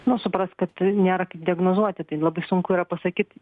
nu suprask kad nėra kaip diagnozuoti tai labai sunku yra pasakyt